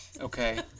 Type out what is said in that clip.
okay